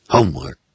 Homework